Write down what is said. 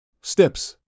Steps